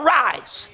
rise